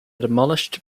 demolished